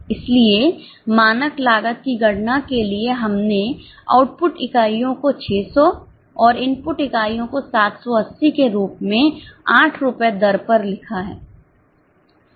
इसलिए मानक लागत की गणना के लिए हमने आउटपुट इकाइयों को 600 और इनपुट इकाइयों को 780 के रूप में 8 रुपये दर पर लिखा है